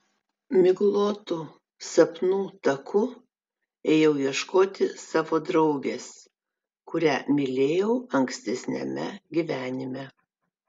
miglotu sapnų taku ėjau ieškoti savo draugės kurią mylėjau ankstesniame gyvenime